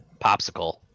Popsicle